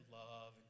love